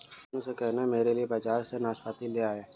शांतनु से कहना मेरे लिए बाजार से नाशपाती ले आए